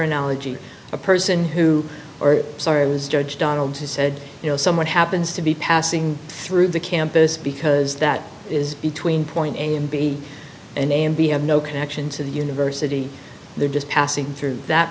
analogy a person who are sorry was judge donald who said you know someone happens to be passing through the campus because that is between point a and b and a and b have no connection to the university they're just passing through that